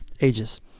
ages